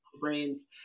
brains